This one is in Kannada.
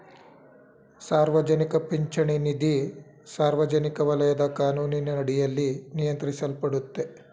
ಸಾರ್ವಜನಿಕ ಪಿಂಚಣಿ ನಿಧಿ ಸಾರ್ವಜನಿಕ ವಲಯದ ಕಾನೂನಿನಡಿಯಲ್ಲಿ ನಿಯಂತ್ರಿಸಲ್ಪಡುತ್ತೆ